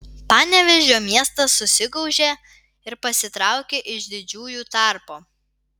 panevėžio miestas susigaužė ir pasitraukė iš didžiųjų tarpo